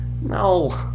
no